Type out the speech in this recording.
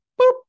boop